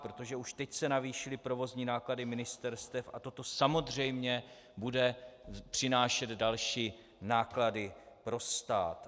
Protože už teď se navýšily provozní náklady ministerstev a toto samozřejmě bude přinášet další náklady pro stát.